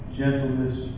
gentleness